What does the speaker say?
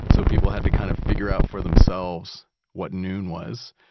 so people had to kind of figure out for themselves what noon was.